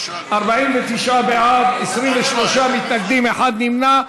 49 בעד, 23 מתנגדים, אחד נמנע.